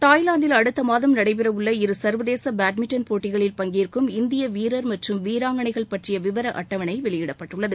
தாய்லாந்தில் அடுத்த மாதம் நடைபெறவுள்ள இருசர்வதேச பேட்மிண்டன் போட்டிகளில் பங்கேற்கும் இந்திய வீரர் மற்றும் வீராங்கனைகள் பற்றிய விவர அட்டவணை வெளியிடப்பட்டுள்ளது